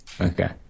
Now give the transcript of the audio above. Okay